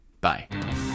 Bye